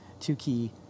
two-key